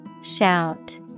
Shout